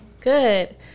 Good